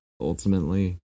ultimately